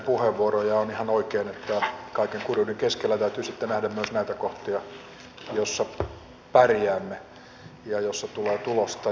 on ihan oikein että kaiken kurjuuden keskellä täytyy sitten nähdä myös näitä kohtia joissa pärjäämme ja joissa tulee tulosta